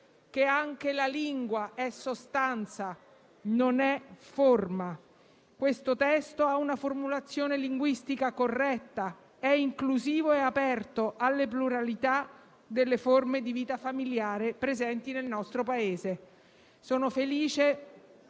che anche la lingua è sostanza, non è forma. Questo testo ha una formulazione linguistica corretta: è inclusivo e aperto alle pluralità delle forme di vita familiare presenti nel nostro Paese.